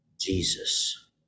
Jesus